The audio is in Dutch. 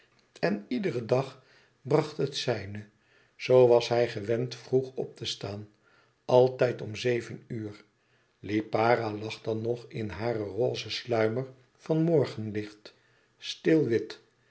en iedere dag bracht het zijne zoo was hij gewend vroeg op te staan altijd om zeven uur lipara lag dan nog in haren rozen sluimer van morgenlicht stil wit